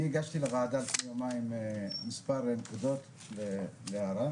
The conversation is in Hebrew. אני הגשתי לוועדה לפני יומיים מספר נקודות והערות.